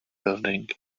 building